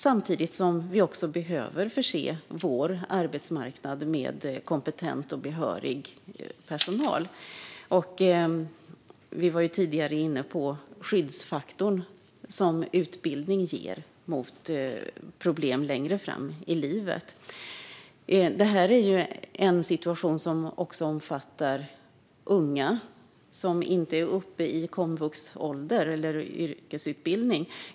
Samtidigt behöver vi också förse vår arbetsmarknad med kompetent och behörig personal. Vi var tidigare också inne på den skyddsfaktor mot problem längre fram i livet som utbildning ger. Detta är en situation som även omfattar unga som inte är i komvuxålder eller gamla nog för yrkesutbildning.